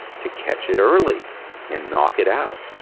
to catch it early and knock it out.